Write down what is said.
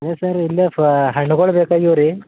ಹ್ಞೂ ಸರ್ ಇಲ್ಲೆ ಹಣ್ಗಳು ಬೇಕಾಗಿವೆ ರೀ